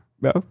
No